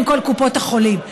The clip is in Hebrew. עם כל קופות החולים.